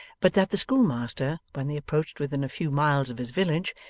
but that the schoolmaster, when they approached within a few miles of his village,